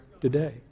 today